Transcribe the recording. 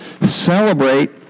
celebrate